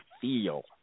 feel